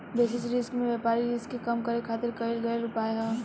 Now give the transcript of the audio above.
basis risk में व्यापारिक risk के कम करे खातिर कईल गयेल उपाय ह